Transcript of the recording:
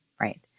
right